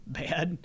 bad